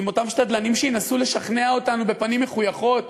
עם אותם שדלנים שינסו לשכנע אותנו בפנים מחויכות